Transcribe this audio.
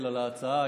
ההצעה.